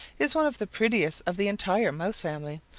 is one of the prettiest of the entire mouse family.